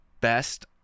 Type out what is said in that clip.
best